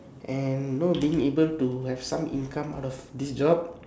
and know being able to have some income out of this job